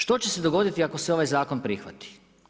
Što će se dogoditi ako se ovaj zakon prihvati?